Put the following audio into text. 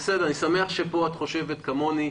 אני סומך עליו לגמרי.